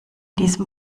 diesem